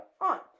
on